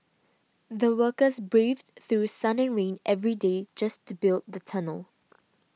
the workers braved through sun and rain every day just to build the tunnel